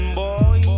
boy